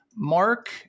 Mark